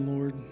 Lord